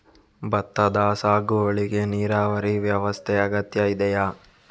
ಭತ್ತದ ಸಾಗುವಳಿಗೆ ನೀರಾವರಿ ವ್ಯವಸ್ಥೆ ಅಗತ್ಯ ಇದೆಯಾ?